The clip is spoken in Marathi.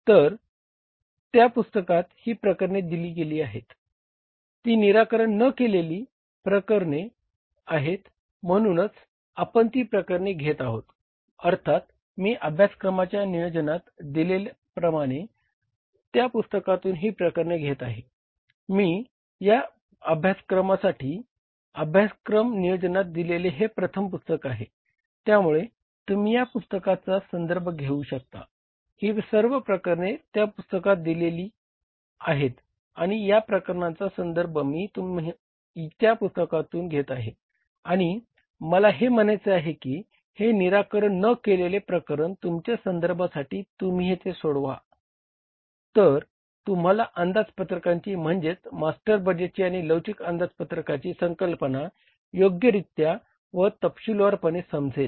तर त्या पुस्तकात ही प्रकरणे दिली गेली आहेत ती निराकरण न केलेली संकल्पना योग्यरित्या व तपशीलवारपणे समजेल